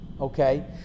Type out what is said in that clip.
okay